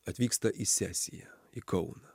atvyksta į sesiją į kauną